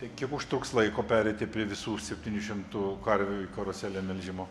tai kiek užtruks laiko pereiti prie visų septynių šimtų karvių į karuselę melžimo